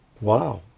Wow